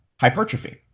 hypertrophy